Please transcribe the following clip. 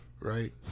right